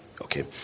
Okay